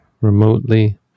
remotely